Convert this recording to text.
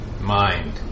mind